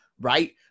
right